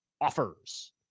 offers